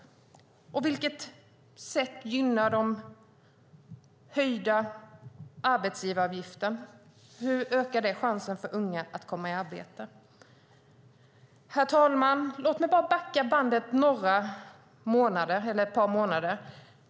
Och på vilket sätt ökar den höjda arbetsgivaravgiften chansen för unga att komma i arbete? Herr talman! Låt mig bara backa bandet ett par månader.